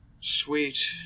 Sweet